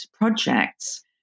projects